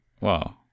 Wow